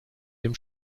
dem